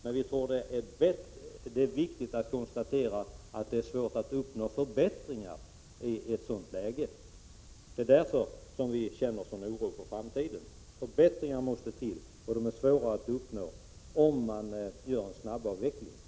Det är viktigt att konstatera att förbättringar måste till och att det är svårt att uppnå förbättringar om man gör en snabb avveckling. Det är därför vi känner sådan oro inför framtiden.